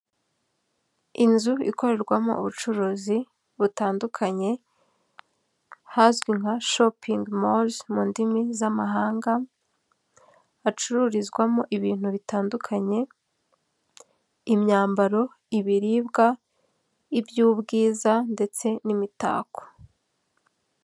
Inzu ikorerwamo ubucuruzi butandukanye, ahazwi nka shoping mode mu ndimi z'amahanga hacururizwamo ibintu bitandukanye, imyambaro, ibiribwa iby'ubwiza ndetse n'imitako.